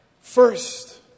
first